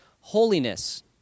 holiness